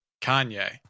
Kanye